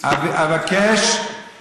תודה רבה.